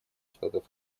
штатов